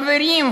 חברים,